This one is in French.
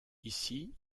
ici